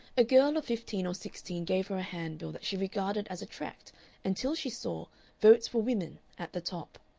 a girl of fifteen or sixteen gave her a handbill that she regarded as a tract until she saw votes for women at the top.